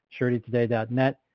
suretytoday.net